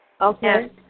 Okay